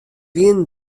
wienen